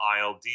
ILD